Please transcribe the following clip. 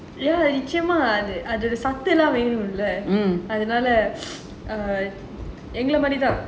நிச்சயமா அது சத்து எல்லாம் வேணும்ல அதுனால எங்கள மாரித்தான்:nichayamaa athu sathu ellaam venumla athunaala engala maarithaan